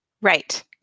Right